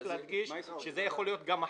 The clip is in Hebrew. אני רוצה להדגיש שזו יכולה להיות גם החלטה.